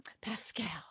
Pascal